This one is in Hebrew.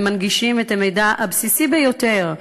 ומנגישים את המידע הבסיסי ביותר,